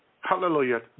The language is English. Hallelujah